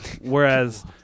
whereas